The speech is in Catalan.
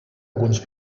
alguns